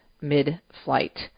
mid-flight